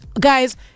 Guys